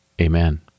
Amen